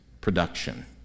production